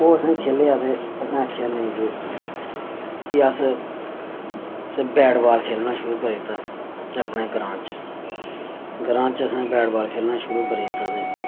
ओह् असें खेलेआ ते असें आखेआ नेईं जी फ्ही अस असें बैट बाल खेलना शुरू करी दित्ता अपने ग्रांऽ च ग्रांऽ च असें बैट बाल खेलना शुरू करी दित्ता ते